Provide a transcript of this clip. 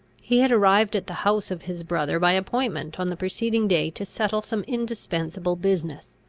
he had arrived at the house of his brother by appointment on the preceding day to settle some indispensable business,